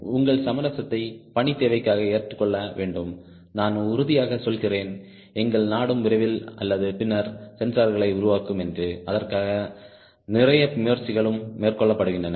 உங்கள் சமரசத்தை பணி தேவைக்காக ஏற்றுக்கொள்ள வேண்டும் நான் உறுதியாக சொல்கிறேன் எங்கள் நாடும் விரைவில் அல்லது பின்னர் சென்சார்களை உருவாக்கும் என்றுஅதற்காக நிறைய முயற்சிகளும் மேற்கொள்ளப்படுகின்றன